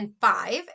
five